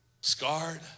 scarred